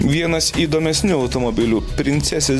vienas įdomesnių automobilių princesės